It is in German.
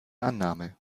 annahme